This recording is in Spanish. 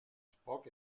spock